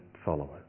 followers